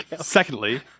Secondly